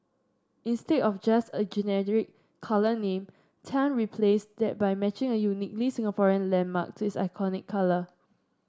instead of just a generic colour name Tan replaced that by matching a uniquely Singaporean landmark to its iconic colour